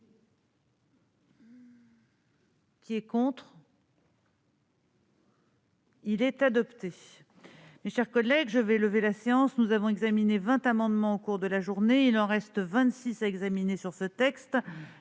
aux voix l'article 1A. ter Mes chers collègues, je vais lever la séance. Nous avons examiné 20 amendements au cours de la journée ; il en reste 26 à examiner sur ce texte.